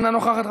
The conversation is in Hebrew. אינה נוכחת,